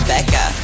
Becca